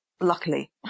luckily